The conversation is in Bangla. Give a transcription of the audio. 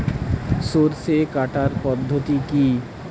সরষে কাটার পদ্ধতি কি?